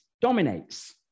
dominates